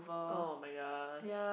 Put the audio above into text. oh-my-gosh